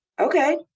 Okay